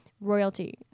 royalty